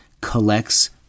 collects